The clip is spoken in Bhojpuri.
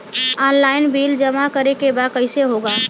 ऑनलाइन बिल जमा करे के बा कईसे होगा?